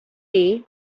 day